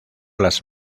las